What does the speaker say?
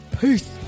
Peace